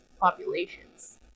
populations